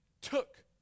took